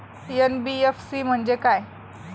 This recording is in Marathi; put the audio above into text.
एन.बी.एफ.सी म्हणजे काय?